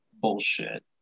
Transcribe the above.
bullshit